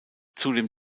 zudem